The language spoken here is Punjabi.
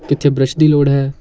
ਕਿੱਥੇ ਬਰੱਸ਼ ਦੀ ਲੋੜ ਹੈ